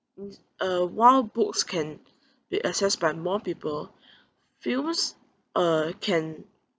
uh while books can be accessed by more people films uh can